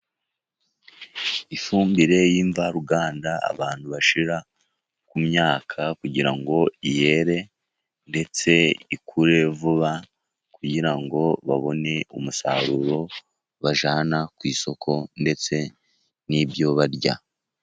Ifumbire y'imvaruganda abantu bashira ku myaka kugira ngo yere ndetse ikure vuba kugira ngo babone umusaruro bajyana ku isoko ndetse n'ibyo barya.